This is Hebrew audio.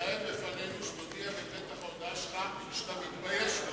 תתחייב לפנינו שאתה מודיע בפתח ההודעה שלך שאתה מתבייש להודיע לנו.